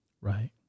Right